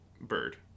bird